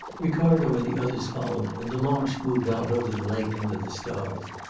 ricardo and the others followed, and the launch moved out over the lake under the stars.